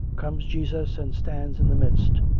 comes jesus and stands in the midst,